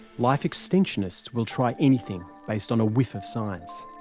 life extensionists will try anything, based on a whiff of science.